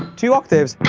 two octaves